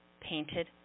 painted